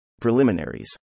Preliminaries